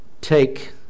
take